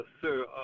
sir